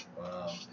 Wow